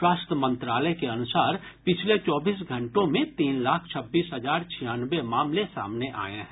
स्वास्थ्य मंत्रालय के अनुसार पिछले चौबीस घंटों में तीन लाख छब्बीस हजार छियानवे मामले सामने आये हैं